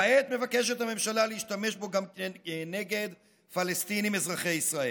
כעת מבקשת הממשלה להשתמש בו גם נגד פלסטינים אזרחי ישראל.